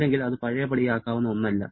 അല്ലെങ്കിൽ അത് പഴയപടിയാക്കാവുന്ന ഒന്നല്ല